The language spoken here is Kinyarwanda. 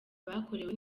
bakorewe